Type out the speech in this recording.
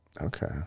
Okay